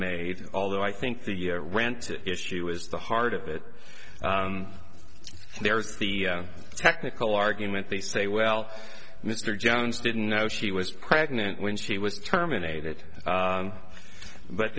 made although i think the rent issue is the heart of it there's the technical argument they say well mr jones didn't know she was pregnant when she was terminated